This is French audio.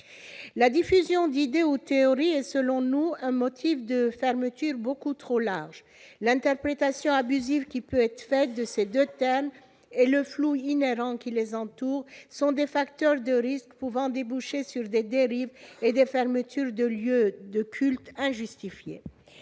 la diffusion d'idées aux théories est selon nous un motif de fermeture beaucoup trop large, l'interprétation abusive qui peut être fait de ces 2 tonnes et le flou inhérent qui les entourent sont des facteurs de risques pouvant déboucher sur des dérives et des fermetures de lieux de culte injustifiée